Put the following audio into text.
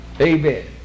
Amen